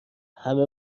همه